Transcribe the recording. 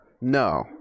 No